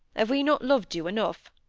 have we not loved you enough